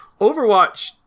Overwatch